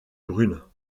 brunes